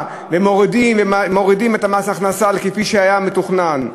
ומורידים את מס ההכנסה כפי שהיה מתוכנן.